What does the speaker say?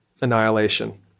annihilation